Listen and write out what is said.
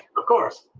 of course!